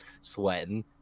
sweating